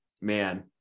man